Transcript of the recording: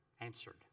answered